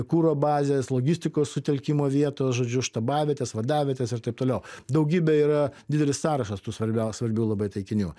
kuro bazės logistikos sutelkimo vietos žodžiu štabavietės vadavietės ir taip toliau daugybė yra didelis sąrašas tų svarbiau svarbių labai taikinių